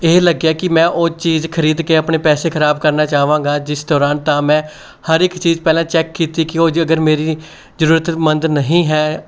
ਇਹ ਲੱਗਿਆ ਕਿ ਮੈਂ ਉਹ ਚੀਜ਼ ਖਰੀਦ ਕੇ ਆਪਣੇ ਪੈਸੇ ਖਰਾਬ ਕਰਨਾ ਚਾਹਵਾਂਗਾ ਜਿਸ ਦੌਰਾਨ ਤਾਂ ਮੈਂ ਹਰ ਇੱਕ ਚੀਜ਼ ਪਹਿਲਾਂ ਚੈੱਕ ਕੀਤੀ ਕਿ ਉਹ ਜੇ ਅਗਰ ਮੇਰੀ ਜ਼ਰੂਰਤਮੰਦ ਨਹੀਂ ਹੈ